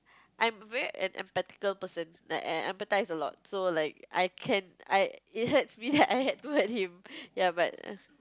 I'm very emphatically person like I empathize a lot so like I can I it hurts it hurts I had to hurt him ya but